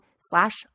slash